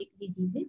diseases